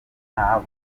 ntabwo